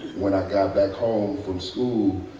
when i got back home from school,